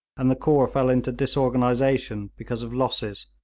and the corps fell into disorganisation because of losses,